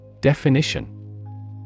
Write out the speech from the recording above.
Definition